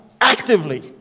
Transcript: actively